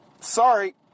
Sorry